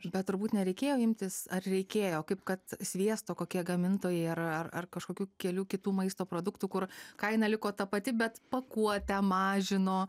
bet turbūt nereikėjo imtis ar reikėjo kaip kad sviesto kokie gamintojai ar ar kažkokių kelių kitų maisto produktų kur kaina liko ta pati bet pakuotę mažino